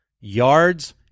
yards